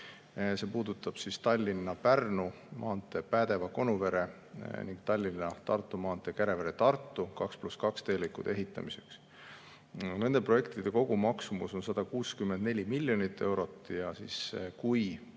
See puudutab Tallinna–Pärnu maantee Päädeva–Konuvere ning Tallinna–Tartu maantee Kärevere–Tartu 2 + 2 teelõigu ehitamist. Nende projektide kogumaksumus on 164 miljonit eurot. Kui